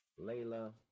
Layla